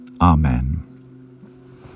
Amen